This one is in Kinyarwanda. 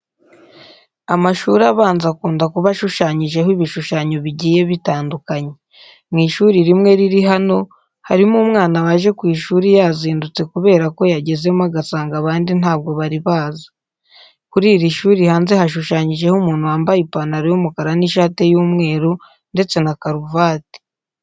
Amashuri abanza akunda kuba ashushanyijeho ibishushanyo bigiye bitandukanye. Mu ishuri rimwe riri hano harimo umwana waje ku ishuri yazindutse kubera ko yagezemo agasanga abandi ntabwo bari baza. Kuri iri shuri hanze hashushanyijeho umuntu wambaye ipantaro y'umukara n'ishati y'umweru ndetse na karuvati.